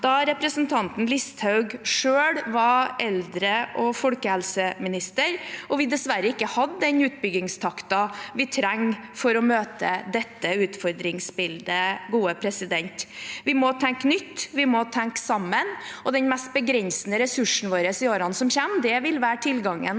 da representanten Listhaug selv var eldre- og folkehelseminister og vi dessverre ikke hadde den utbyggingstakten vi trengte for å møte dette utfordringsbildet. Vi må tenke nytt. Vi må tenke sammen. Den mest begrensende ressursen vår i årene som kommer, vil være tilgangen